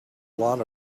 lot